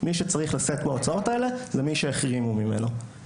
מי שצריך לשאת בהוצאות האלה הוא מי שהחרימו ממנו.